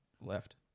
left